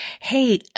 Hey